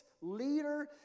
leader